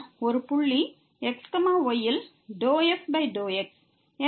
ஒரு புள்ளி x y யில் ∂f∂x